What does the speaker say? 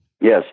Yes